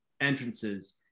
entrances